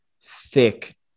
thick